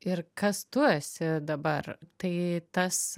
ir kas tu esi dabar tai tas